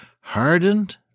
hardened